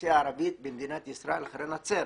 האוכלוסייה הערבית במדינת ישראל אחרי נצרת.